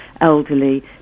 elderly